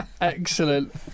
Excellent